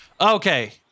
okay